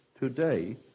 Today